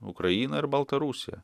ukraina ir baltarusija